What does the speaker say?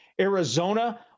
Arizona